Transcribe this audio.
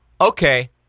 okay